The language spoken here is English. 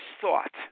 thought